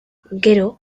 gero